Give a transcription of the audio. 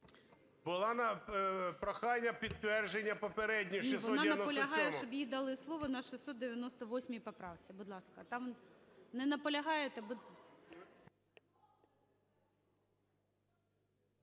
Було на прохання підтвердження попередньої, 697-у.